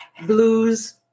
blues